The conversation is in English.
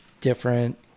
different